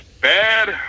Bad